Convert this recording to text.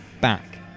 back